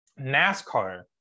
NASCAR